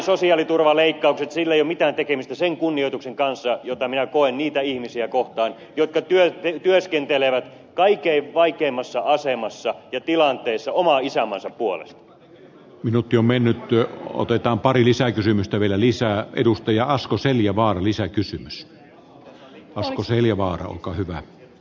niillä ei ole mitään tekemistä sen kunnioituksen kanssa jota minä koen niitä ihmisiä kohtaan jotka työskentelevät kaikkein vaikeimmassa asemassa ja tilanteessa oman isänmaansa puolesta minut jo mennyt työ otetaan pari lisäkysymystä vielä lisää edustaja asko seljavaara lisäkysymys onko seljavaara olkaa hyvä